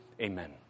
Amen